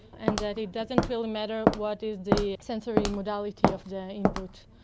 and that it doesn't really matter what is the sensory modality of the input.